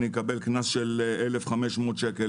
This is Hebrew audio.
אקבל קנס של 1,500 שקל,